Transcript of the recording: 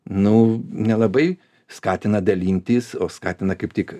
nu nelabai skatina dalintis o skatina kaip tik